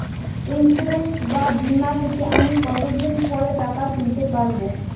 Insurance বা বিমা থেকে আমি কত দিন পরে টাকা তুলতে পারব?